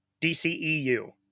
DCEU